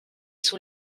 sous